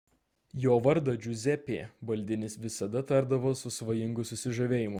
jo vardą džiuzepė baldinis visada tardavo su svajingu susižavėjimu